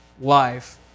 life